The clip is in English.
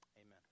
Amen